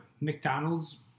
McDonald's